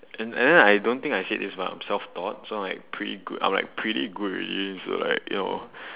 and then I don't think I said this but I'm self taught so like pretty good I'm like pretty good already so like you know